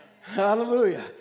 Hallelujah